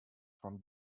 from